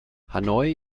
hanoi